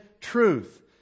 truth